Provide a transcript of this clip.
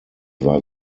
war